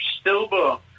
stillborn